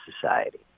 society